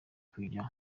kujya